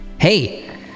Hey